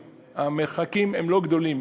המרחקים הם לא גדולים.